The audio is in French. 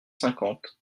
cinquante